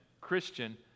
Christian